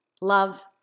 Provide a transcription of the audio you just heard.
Love